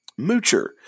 moocher